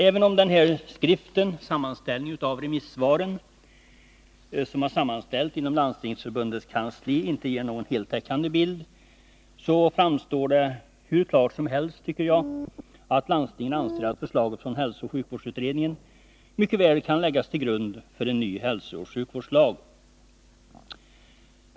Även om sammanställningen av remissvaren, som utarbetats inom Landstingsförbundets kansli, inte ger någon heltäckande bild framstår det hur klart som helst, tycker jag, att landstingen anser att förslaget från hälsooch sjukvårdsutredningen mycket väl kan läggas till grund för en ny hälsooch sjukvårdslag.